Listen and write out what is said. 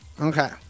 Okay